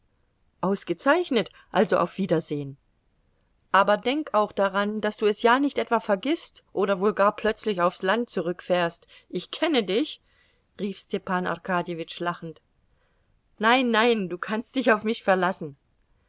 ausgezeichnet also auf wiedersehen aber denk auch daran daß du es ja nicht etwa vergißt oder wohl gar plötzlich aufs land zurückfährst ich kenne dich rief stepan arkadjewitsch lachend nein nein du kannst dich auf mich verlassen